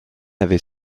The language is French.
avait